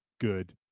good